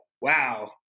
wow